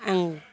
आं